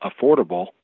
affordable